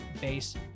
base